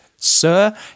Sir